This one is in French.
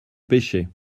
pêchais